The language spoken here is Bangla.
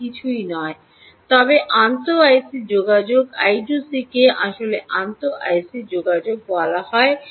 এটি কিছুই নয় তবে আন্তঃ আইসি যোগাযোগ আই 2 সি কে আসলে আন্তঃ আইসি যোগাযোগ বলা হয়